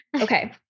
Okay